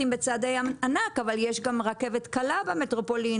אם בצעדי ענק אבל יש גם רכבת קלה במטרופולין.